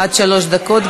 עד שלוש דקות,